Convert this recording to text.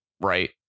right